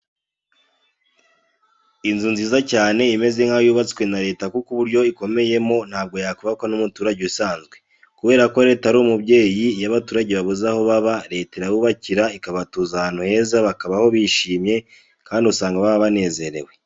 Inzu nziza cyane imeze nkaho yubatswe na Leta kuko uburyo ikomeyemo ntabwo yakubakwa n'umuturage usanzwe. Kubera ko Leta ari umubyeyi iyo abaturage babuze aho baba Leta irabubakira ikabatuza ahantu heza bakabaho bishimye kandi usanga baba banezerewe.